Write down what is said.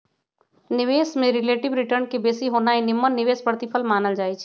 निवेश में relative return के बेशी होनाइ निम्मन निवेश प्रतिफल मानल जाइ छइ